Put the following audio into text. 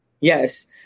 yes